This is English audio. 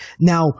Now